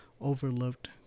overlooked